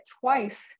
twice